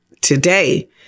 today